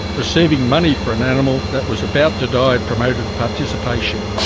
receiving money for an animal that was about to die promoted participation.